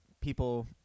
people